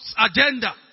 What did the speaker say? agenda